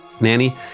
Nanny